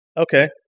Okay